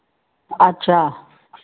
अच्छा